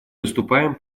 выступаем